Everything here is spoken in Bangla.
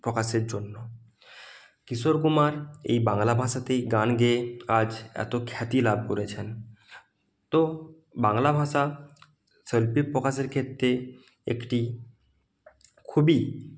প্রকাশের জন্য কিশোর কুমার এই বাংলা ভাষাতেই গান গেয়ে আজ এত খ্যাতি লাভ করেছেন তো বাংলা ভাষা শৈল্পিক প্রকাশের ক্ষেত্রে একটি খুবই